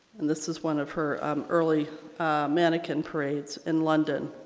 and this is one of her early mannequin parades in london.